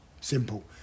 Simple